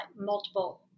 multiple